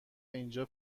اینجا